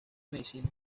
medicina